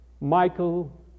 Michael